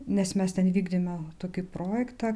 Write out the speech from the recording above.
nes mes ten vykdėme tokį projektą